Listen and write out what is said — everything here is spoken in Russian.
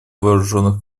вооруженных